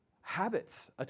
habits